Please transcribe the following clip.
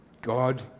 God